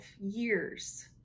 years